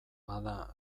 bada